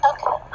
Okay